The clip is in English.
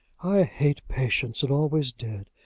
i hate patience, and always did.